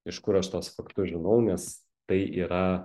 iš kur aš tuos faktus žinau nes tai yra